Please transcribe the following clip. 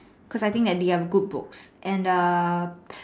cause I think that have good books and err